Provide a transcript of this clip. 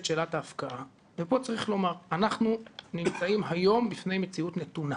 את שאלת ההפקעה ופה צריך לומר: אנחנו נמצאים היום בפני מציאות נתונה.